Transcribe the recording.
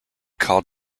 called